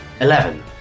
Eleven